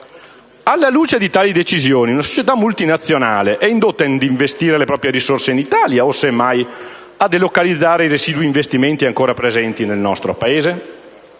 Alla luce di tali decisioni, una società multinazionale è indotta a investire le proprie risorse in Italia o, semmai, a delocalizzare i residui investimenti ancora presenti nel nostro Paese?